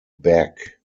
back